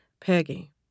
Peggy